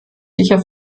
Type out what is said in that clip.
sicher